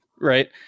right